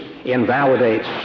invalidates